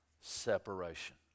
separation